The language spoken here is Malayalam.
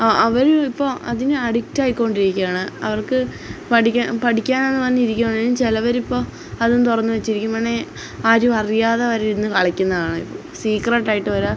ആ അവര് ഇപ്പോള് അതിന് അഡിക്റ്റായിക്കൊണ്ടിരിക്കുകയാണ് അവർക്ക് പഠിക്കാനെന്നുംപറഞ്ഞിരിക്കുവാണേലും ചിലവരിപ്പോള് അതും തുറന്നുവച്ചിരിക്കും വേണമെങ്കില് ആരും അറിയാതെ അവരിരുന്നു കളിക്കുന്നതുകാണായിപ്പോള് സീക്രെട്ടായിട്ടു വരെ